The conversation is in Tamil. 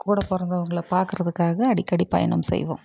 கூட பிறந்தவங்கள பார்க்குறதுக்காக அடிக்கடி பயணம் செய்வோம்